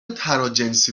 تراجنسی